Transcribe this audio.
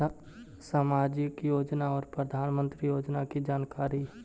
समाजिक योजना और प्रधानमंत्री योजना की जानकारी?